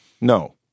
No